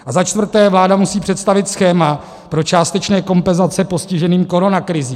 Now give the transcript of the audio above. A za čtvrté, vláda musí představit schéma pro částečné kompenzace postiženým koronakrizí.